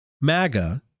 MAGA